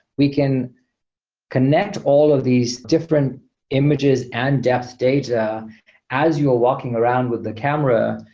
we can connect all of these different images and depth data as you're walking around with the camera,